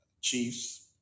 Chiefs